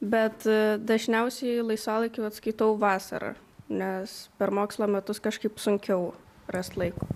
bet dažniausiai laisvalaikiu vat skaitau vasarą nes per mokslo metus kažkaip sunkiau rast laiko